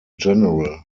general